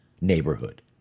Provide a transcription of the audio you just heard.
neighborhood